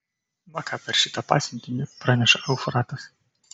va ką per šitą pasiuntinį praneša eufratas